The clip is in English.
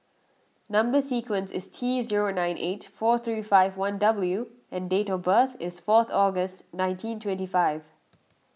Number Sequence is T zero nine eight four three five one W and date of birth is fourth August nineteen twenty five